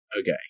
Okay